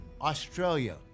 Australia